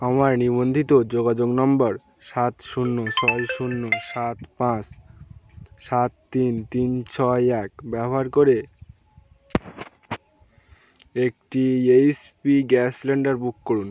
আমার নিবন্ধিত যোগাযোগ নাম্বার সাত শূন্য ছয় শূন্য সাত পাঁচ সাত তিন তিন ছয় এক ব্যবহার করে একটি এইচপি গ্যাস সিলিন্ডার বুক করুন